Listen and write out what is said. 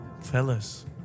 Fellas